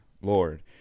lord